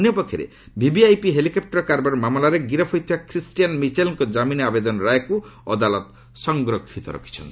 ଅନ୍ୟପକ୍ଷରେ VVIP helicopter କାରବାର ମାମଲାରେ ଗିରଫ ହୋଇଥିବା କ୍ରୀଷ୍ଟିୟାନ୍ ମିଚେଲ୍ଙ୍କ ଜାମିନ ଆବେଦନରାୟକୁ ଅଦାଲତ ସଂରକ୍ଷିତ ରଖିଛନ୍ତି